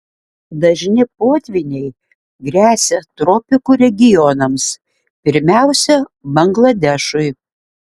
dažni potvyniai gresia tropikų regionams pirmiausia bangladešui